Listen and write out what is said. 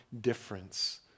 difference